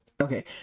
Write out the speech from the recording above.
Okay